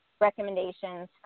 recommendations